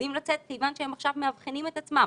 מפחדים לצאת כיוון שהם עכשיו מאבחנים את עצמם,